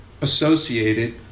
associated